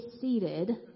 seated